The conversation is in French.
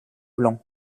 blanc